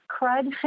crud